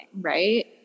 right